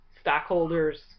stockholders